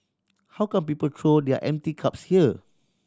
how come people throw their empty cups here